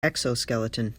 exoskeleton